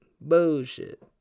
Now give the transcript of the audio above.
bullshit